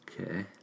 Okay